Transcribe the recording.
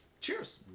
Cheers